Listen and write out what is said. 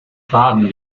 baden